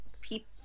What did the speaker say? people